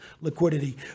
liquidity